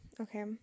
okay